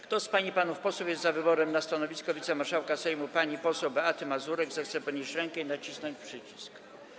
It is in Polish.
Kto z pań i panów posłów jest za wyborem na stanowisko wicemarszałka Sejmu pani poseł Beaty Mazurek, zechce podnieść rękę i nacisnąć przycisk.